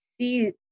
see